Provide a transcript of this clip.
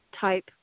type